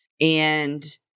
And-